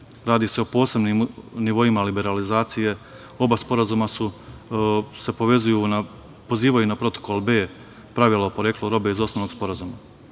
Radi se o posebnim nivoima liberalizacije, oba sporazuma se pozivaju na protokol B pravila o poreklu robe iz osnovnog sporazuma.